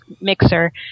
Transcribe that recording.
mixer